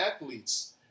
athletes